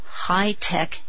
high-tech